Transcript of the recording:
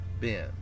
Ben